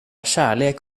kärlek